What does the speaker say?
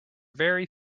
very